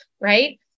right